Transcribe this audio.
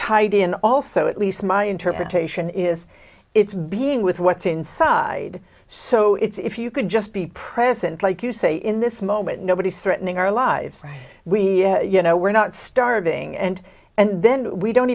tied in also at least my interpretation is it's being with what's inside saeed so it's if you could just be present like you say in this moment nobody's threatening our lives right we you know we're not starving and and then we don't